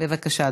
בבקשה,